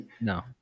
no